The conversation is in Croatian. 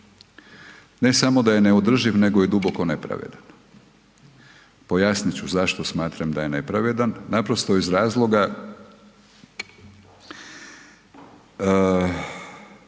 ne samo da je neodrživ nego je i duboko nepravedan. Pojasnit ću zašto smatram da je nepravedan, naprosto iz razloga